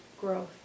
growth